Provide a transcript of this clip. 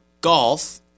golf